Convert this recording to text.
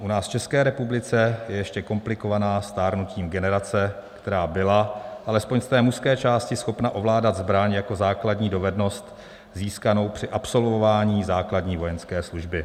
U nás v České republice je ještě komplikovaná stárnutím generace, která byla, alespoň z té mužské části, schopna ovládat zbraň jako základní dovednost získanou při absolvování základní vojenské služby.